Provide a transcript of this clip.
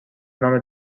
نام